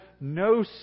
no